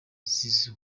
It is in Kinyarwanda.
zizou